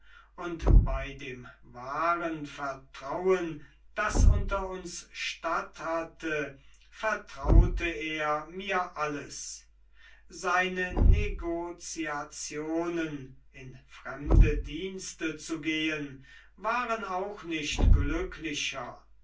und bei dem wahren vertrauen das unter uns statthatte vertraute er mir alles seine negoziationen in fremde dienste zu gehen waren auch nicht glücklicher